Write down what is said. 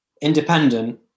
independent